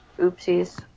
Oopsies